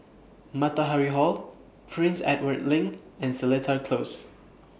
Matahari Hall Prince Edward LINK and Seletar Close